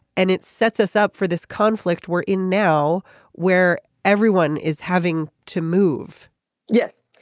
and it sets us up for this conflict we're in now where everyone is having to move yes.